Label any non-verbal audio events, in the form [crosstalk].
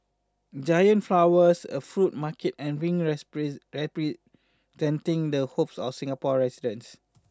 giant flowers a fruit market and rings [unintelligible] representing the hopes of Singapore residents